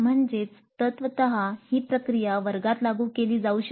म्हणजेच तत्वतः ही प्रक्रिया वर्गात लागू केली जाऊ शकते